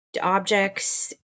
Objects